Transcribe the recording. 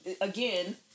again